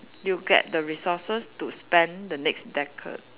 you get the resources to spend the next decade